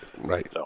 right